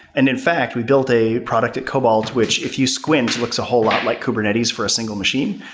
and in fact, we built a product at cobalt, which if you squint, looks a whole lot like kubernetes for a single machine.